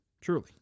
Truly